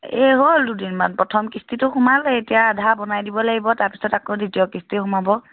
এই হ'ল দুদিনমান প্ৰথম কিস্তিটো সোমালেই এতিয়া আধা বনাই দিব লাগিব তাৰ পিছত আকৌ দ্বিতীয় কিস্তি সোমাব